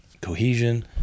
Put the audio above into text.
cohesion